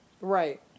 Right